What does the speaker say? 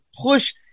push